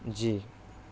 جی